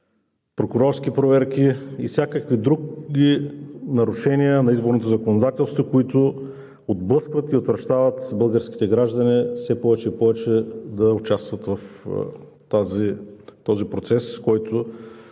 прокурорски проверки и всякакви други нарушения на изборното законодателство, които отблъскват и утвърждават българските граждани все повече и повече да участват в този процес, който